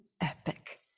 epic